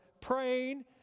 praying